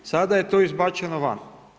Sada je to izbačeno van.